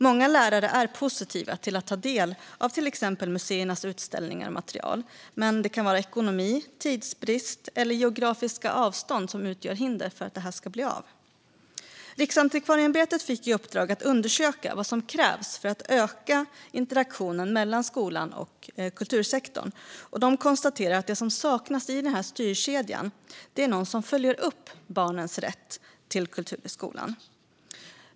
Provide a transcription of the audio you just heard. Många lärare är positiva till att ta del av till exempel museernas utställningar och material, men ekonomi, tidsbrist eller geografiska avstånd utgör hinder. Riksantikvarieämbetet fick i uppdrag att undersöka vad som krävs för att öka interaktionen mellan skolan och kultursektorn, och de konstaterar att det som saknas i styrkedjan är någon som följer upp barnens rätt till kultur i skolan.